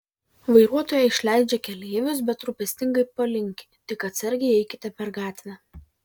vairuotoja išleidžia keleivius bet rūpestingai palinki tik atsargiai eikite per gatvę